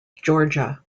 georgia